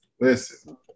Listen